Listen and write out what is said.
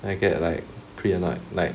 I get like pretty annoyed like